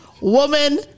Woman